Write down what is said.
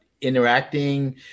interacting